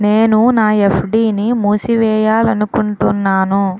నేను నా ఎఫ్.డి ని మూసివేయాలనుకుంటున్నాను